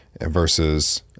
versus